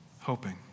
hoping